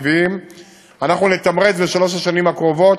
ואנחנו נתמרץ בשלוש השנים הקרובות